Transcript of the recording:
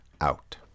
out